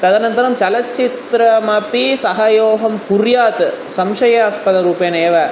तदनन्तरं चलचित्रमपि सहयोगं कुर्यात् संशयास्पदरूपेणेव